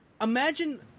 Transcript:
imagine